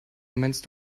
meinst